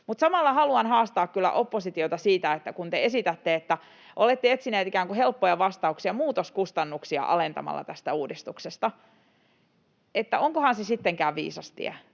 Mutta samalla haluan haastaa kyllä oppositiota siitä, kun te olette etsineet ikään kuin helppoja vastauksia alentamalla muutoskustannuksia tästä uudistuksesta, että onkohan se sittenkään viisas tie,